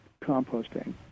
composting